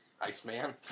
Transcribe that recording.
Iceman